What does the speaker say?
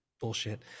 bullshit